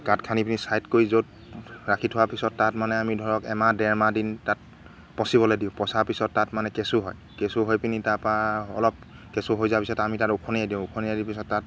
গাঁত খান্দি পিনি চাইড কৰি য'ত ৰাখি থোৱাৰ পিছত তাত মানে আমি ধৰক এমাহ ডেৰমাহ দিন তাত পচিবলৈ দিওঁ পচাৰ পিছত তাত মানে কেঁচু হয় কেঁচু হৈ পিনি তাৰপৰা অলপ কেঁচু হৈ যোৱাৰ পিছত আমি তাত উখনিয়াই দিওঁ উখনিয়াই দিয়া পিছত তাত